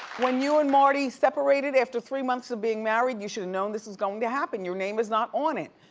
when you and marty separated after three months of being married, you should have known this was going to happen. your name is not on it.